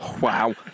Wow